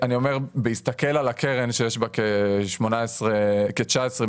בהסתכל על הקרן שיש בה כ-19 מיליארד,